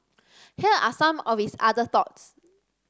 here are some of his other thoughts